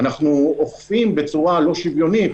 אנחנו אוכפים בצורה לא שוויונית,